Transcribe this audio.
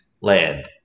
land